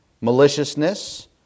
maliciousness